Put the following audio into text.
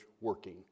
working